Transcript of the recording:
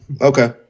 Okay